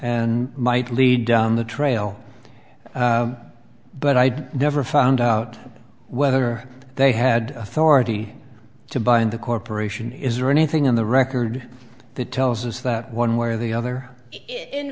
and might lead down the trail but i never found out whether they had authority to bind the corporation is there anything in the record that tells us that one way or the other in